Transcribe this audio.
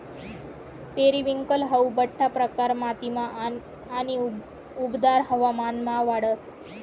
periwinkle हाऊ बठ्ठा प्रकार मातीमा आणि उबदार हवामानमा वाढस